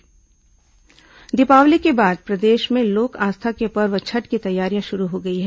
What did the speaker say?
छठ पूजा दीपावली के बाद प्रदेश में लोक आस्था के पर्व छठ की तैयारियां शुरू हो गई हैं